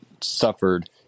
suffered